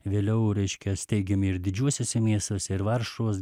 vėliau reiškia steigiami ir didžiuosiuose miestuose ir varšuvos